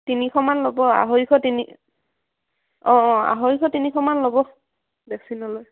তিনিশমান ল'ব আঢ়ৈশ তিনি অঁ অঁ আঢ়ৈশ তিনিশমান ল'ব বেছি নলয়